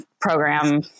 program